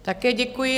Také děkuji.